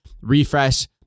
refresh